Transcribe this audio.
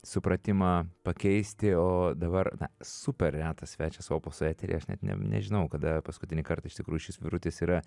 supratimą pakeisti o dabar super retas svečias opuso eteryje aš net nežinau kada paskutinį kartą iš tikrųjų šis vyrutis yra